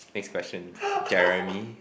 next question Jeremy